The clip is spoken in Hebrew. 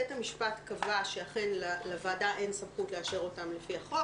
בית המשפט קבע שאכן לוועדה אין סמכות לאשר אותם לפי החוק